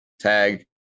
tag